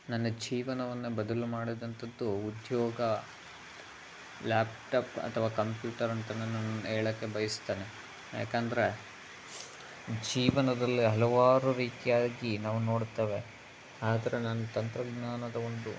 ನನ್ನ ಜೀವನವನ್ನು ಬದಲು ಮಾಡಿದಂಥದ್ದು ಉದ್ಯೋಗ ಲ್ಯಾಪ್ಟಾಪ್ ಅಥವಾ ಕಂಪ್ಯೂಟರ್ ಅಂತನೂ ನಾನು ಹೇಳಕ್ಕೆ ಬಯಸ್ತೇನೆ ಯಾಕಂದರೆ ಜೀವನದಲ್ಲಿ ಹಲವಾರು ರೀತಿಯಾಗಿ ನಾವು ನೋಡ್ತೇವೆ ಆದರೆ ನಾನು ತಂತ್ರಜ್ಞಾನದ ಒಂದು